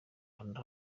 kanda